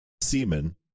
semen